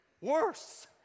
worse